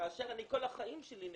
כאשר אני כל החיים שלי נכה.